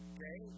Okay